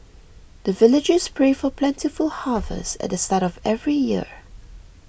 the villagers pray for plentiful harvest at the start of every year